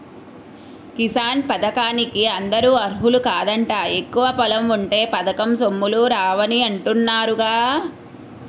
కిసాన్ పథకానికి అందరూ అర్హులు కాదంట, ఎక్కువ పొలం ఉంటే పథకం సొమ్ములు రావని అంటున్నారుగా